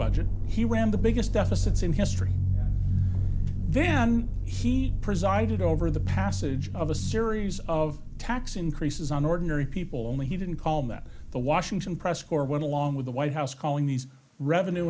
budget he ran the biggest deficits in history then he presided over the passage of a series of tax increases on ordinary people only he didn't call that the washington press corps went along with the white house calling these revenue